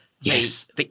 Yes